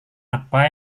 apa